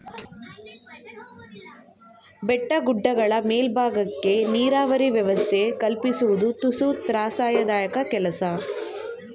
ಬೆಟ್ಟ ಗುಡ್ಡಗಳ ಮೇಲ್ಬಾಗಕ್ಕೆ ನೀರಾವರಿ ವ್ಯವಸ್ಥೆ ಕಲ್ಪಿಸುವುದು ತುಸು ತ್ರಾಸದಾಯಕ ಕೆಲಸ